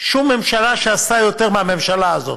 אין שום ממשלה שעשתה יותר מהממשלה הזאת.